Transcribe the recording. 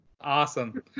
awesome